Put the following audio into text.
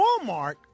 Walmart